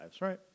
right